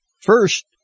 First